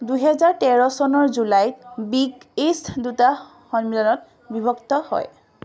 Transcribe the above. দুহেজাৰ তেৰ চনৰ জুলাইত বিগ ইষ্ট দুটা সন্মিলনত বিভক্ত হয়